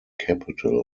capital